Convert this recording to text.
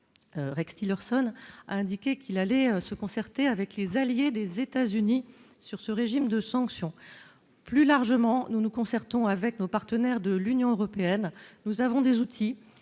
Rex Tillerson a indiqué qu'il allait se concerter avec les alliés des États-Unis sur ce régime de sanctions plus largement, nous nous concertons avec nos partenaires de l'Union européenne, nous avons des outils